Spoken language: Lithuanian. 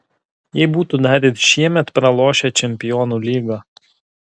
jei būtų dar ir šiemet pralošę čempionų lygą